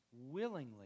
willingly